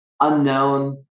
unknown